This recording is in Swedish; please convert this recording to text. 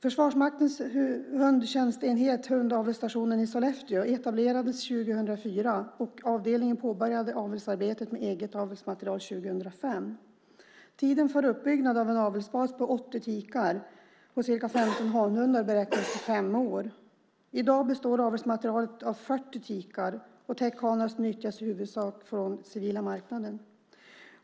Försvarsmaktens hundtjänstenhet hundavelsstationen i Sollefteå etablerades år 2004. Avdelningen påbörjade avelsarbetet med eget avelsmaterial år 2005. Tiden för uppbyggnad av en avelsbas på 80 tikar och ca 15 hanhundar beräknas till fem år. I dag består avelsmaterialet av 40 tikar, och de täckhanar som nyttjas är i huvudsak från den civila marknaden.